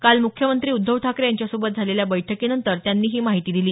काल मुख्यमंत्री उद्धव ठाकरे यांच्यासोबत झालेल्या बैठकीनंतर त्यांनी ही माहिती दिली